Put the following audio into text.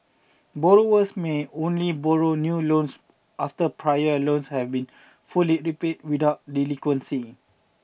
borrowers may only borrow new loans after prior loans have been fully repaid without delinquency